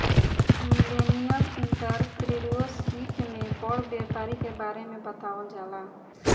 millennial entrepreneurship में बड़ व्यापारी के बारे में बतावल जाला